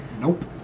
Nope